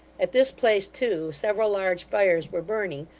at this place too, several large fires were burning,